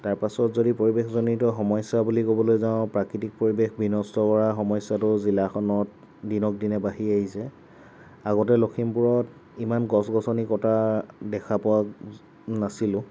তাৰপাছত যদি পৰিৱেশজনিত সমস্যা বুলি ক'বলৈ যাওঁ প্ৰাকৃতিক পৰিৱেশ বিনষ্ট কৰা সমস্যাটো জিলাখনত দিনক দিনে বাঢ়ি আহিছে আগতে লখিমপুৰত ইমান গছ গছনি কটা দেখা পোৱা নাছিলোঁ